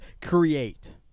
create